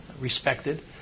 respected